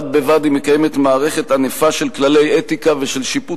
בד בבד היא מקיימת מערכת ענפה של כללי אתיקה ושל שיפוט